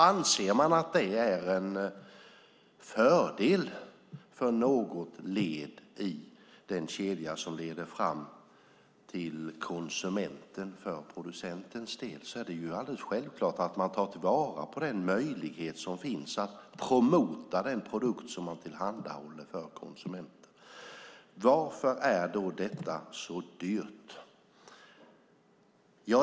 Anser producenten att det är en fördel för något led i den kedja som leder fram till konsumenten är det alldeles självklart att man tar till vara den möjlighet som finns att promota den produkt som man tillhandahåller för konsumenten. Varför är då detta så dyrt?